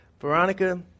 Veronica